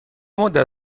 مدت